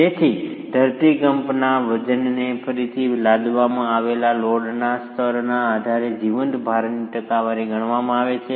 તેથી ધરતીકંપના વજનને ફરીથી લાદવામાં આવેલા લોડના સ્તરના આધારે જીવંત ભારની ટકાવારી ગણવામાં આવે છે